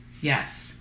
Yes